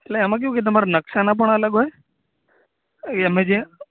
એટલે આમાં કેવું કે તમારે નકશાના પણ અલગ હોય એ અમે જે